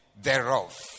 thereof